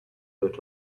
foot